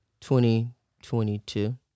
2022